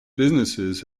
businesses